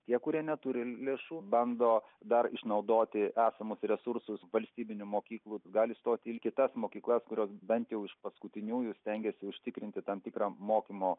tie kurie neturi lėšų bando dar išnaudoti esamus resursus valstybinių mokyklų gali stoti į kitas mokyklas kurios bent jau iš paskutiniųjų stengiasi užtikrinti tam tikrą mokymo